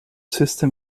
system